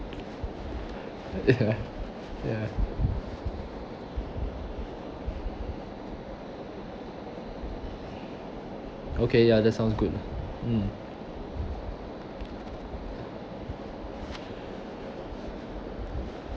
ya ya okay ya that sounds good lah mm